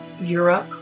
Europe